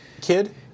kid